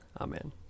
amen